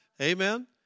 Amen